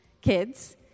kids